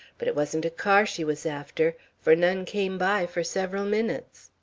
but it wasn't a car she was after, for none came by for several minutes.